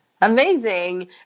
amazing